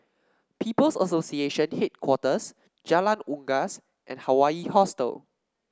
People's Association Headquarters Jalan Unggas and Hawaii Hostel